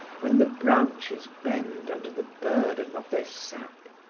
when the branches bend under the burden of their sap,